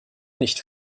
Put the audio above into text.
nicht